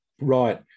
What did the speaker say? right